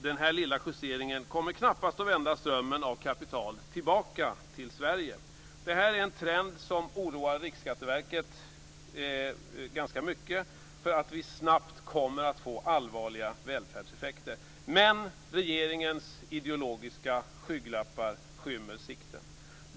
Den här lilla justeringen kommer knappast att vända strömmen av kapital tillbaka till Sverige. Denna trend oroar Riksskatteverket ganska mycket - alltså att vi snabbt kommer att få allvarliga välfärdseffekter - men regeringens ideologiska skygglappar skymmer sikten.